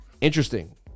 Interesting